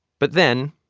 but then,